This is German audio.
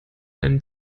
einen